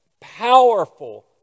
powerful